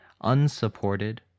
unsupported